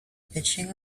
pitching